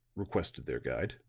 requested their guide,